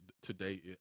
today